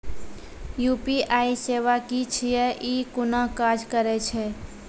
UPI सेवा की छियै? ई कूना काज करै छै?